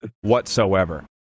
whatsoever